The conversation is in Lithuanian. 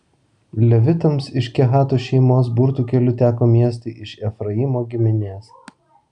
levitams iš kehato šeimos burtų keliu teko miestai iš efraimo giminės